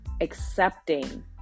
accepting